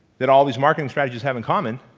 that all these markings strategies have in common,